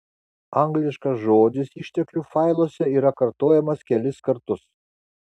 angliškas žodis išteklių failuose yra kartojamas kelis kartus